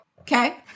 Okay